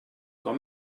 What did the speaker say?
com